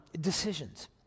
decisions